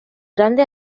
grande